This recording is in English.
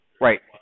Right